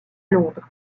londres